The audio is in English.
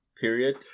Period